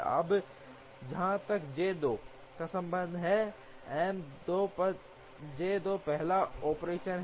अब जहां तक J 2 का संबंध है M 2 पर J 2 पहला ऑपरेशन है